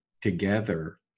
together